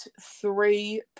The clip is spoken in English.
three